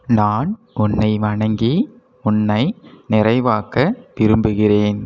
நான் உன்னை வணங்கி உன்னை நிறைவாக்க விரும்புகிறேன்